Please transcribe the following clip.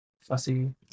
fussy